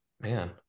Man